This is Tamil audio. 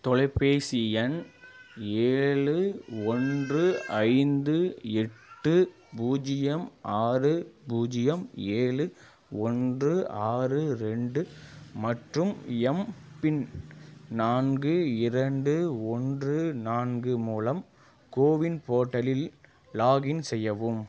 தொலைப்பேசி எண் ஏழு ஒன்று ஐந்து எட்டு பூஜ்ஜியம் ஆறு பூஜ்ஜியம் ஏழு ஒன்று ஆறு ரெண்டு மற்றும் எம்பின் நான்கு இரண்டு ஒன்று நான்கு மூலம் கோவின் போர்ட்டலில் லாகின் செய்யவும்